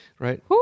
Right